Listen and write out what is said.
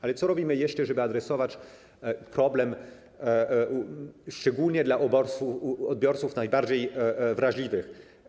Ale co robimy jeszcze, żeby adresować problem szczególnie do odbiorców najbardziej wrażliwych?